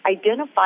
identify